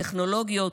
טכנולוגיות,